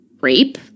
rape